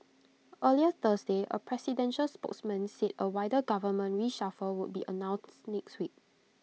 earlier Thursday A presidential spokesman said A wider government reshuffle would be announced next week